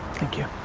thank you.